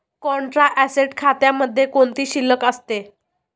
Contra asset खात्यामध्ये कोणती शिल्लक असते?